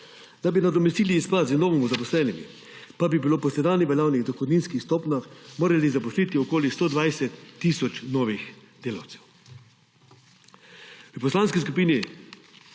Da bi nadomestili izpad z mnogo zaposlenimi, pa bi po sedanjih veljavnih dohodninskih stopnjah morali zaposliti okoli 120 tisoč novih delavcev. V Poslanski skupini